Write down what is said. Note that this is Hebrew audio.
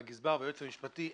לגזבר וליועץ המשפטי,